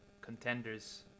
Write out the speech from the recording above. contenders